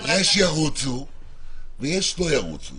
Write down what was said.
יש ירוצו ויש לא ירוצו.